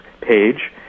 page